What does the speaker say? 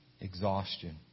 exhaustion